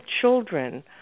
children